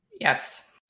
Yes